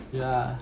yeah